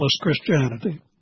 Christianity